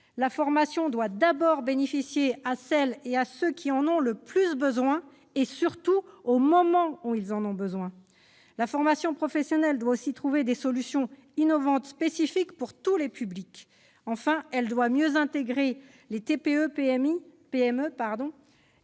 La formation doit d'abord bénéficier à celles et ceux qui en ont le plus besoin, et surtout au moment où ils en ont besoin. La formation professionnelle doit aussi trouver des solutions innovantes, spécifiques pour tous ces publics. Enfin, elle doit mieux intégrer les TPE-PME